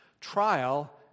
trial